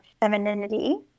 femininity